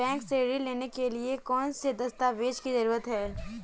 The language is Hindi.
बैंक से ऋण लेने के लिए कौन से दस्तावेज की जरूरत है?